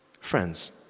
Friends